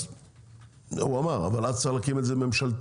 אז הוא אמר אבל אז צריך להקים את זה ממשלתי,